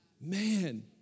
Man